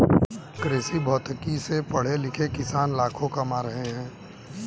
कृषिभौतिकी से पढ़े लिखे किसान लाखों कमा रहे हैं